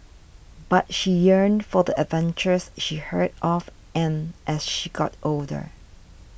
but she yearned for the adventures she heard of and as she got older